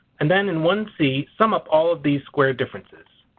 and then in one c sum up all of these square differences.